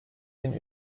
bin